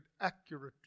accurately